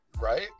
Right